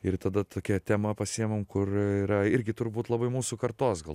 ir tada tokią temą pasiimam kur yra irgi turbūt labai mūsų kartos gal